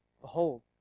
Behold